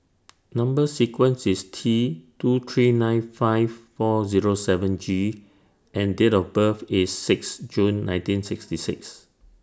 Number sequence IS T two three nine five four Zero seven G and Date of birth IS six June nineteen sixty six